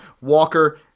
Walker